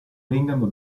vengano